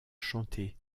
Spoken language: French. chanter